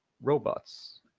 robots